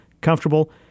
comfortable